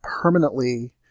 permanently